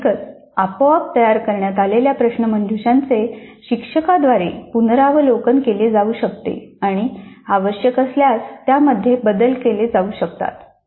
साहजिकच आपोआप तयार करण्यात आलेल्या प्रश्नमंजुषाचे शिक्षकाद्वारे पुनरावलोकन केले जाऊ शकते आणि आवश्यक असल्यास त्यामध्ये बदल केले जाऊ शकतात